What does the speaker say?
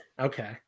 okay